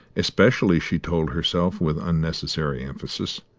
especially, she told herself with unnecessary emphasis,